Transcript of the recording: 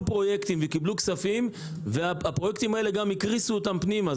פרויקטים וקיבלו כספים והפרויקטים האלה הקריסו אותם פנימה,